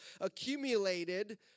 accumulated